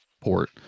port